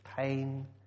pain